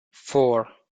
four